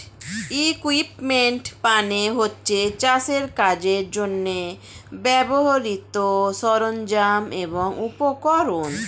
equipment মানে হচ্ছে চাষের কাজের জন্যে ব্যবহৃত সরঞ্জাম এবং উপকরণ